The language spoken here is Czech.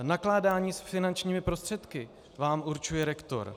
Nakládání s finančními prostředky vám určuje rektor.